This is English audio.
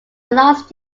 last